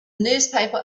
newspaper